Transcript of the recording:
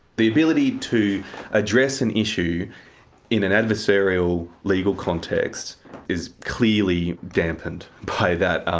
the ability to address an issue in an adversarial legal context is clearly dampened by that,